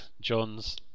John's